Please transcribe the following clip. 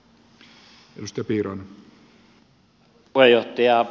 arvoisa puheenjohtaja